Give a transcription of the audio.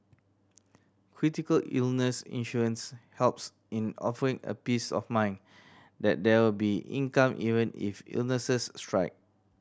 critical illness insurance helps in offering a peace of mind that there will be income even if illnesses strike